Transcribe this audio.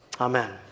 Amen